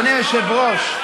אדוני היושב-ראש,